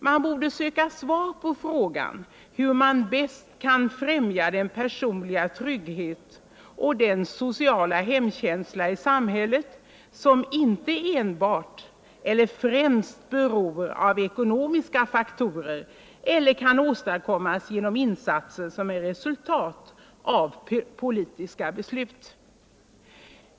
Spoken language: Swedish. Man borde söka svar på frågan hur man bäst kan främja den personliga trygghet och den sociala hemkänsla i samhället som inte enbart eller främst beror av ekonomiska faktorer eller kan åstadkommas genom insatser som är resultat av politiska beslut.